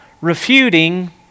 Refuting